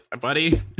buddy